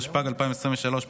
התשפ"ג 2023,